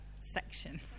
section